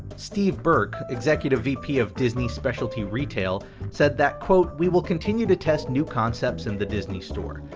steve burke, executive vp of disney specialty retail said that we will continue to test new concepts in the disney store,